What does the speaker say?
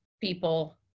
people